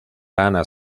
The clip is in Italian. rana